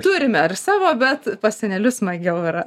turime ir savo bet pas senelius smagiau yra